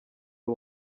ari